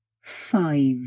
five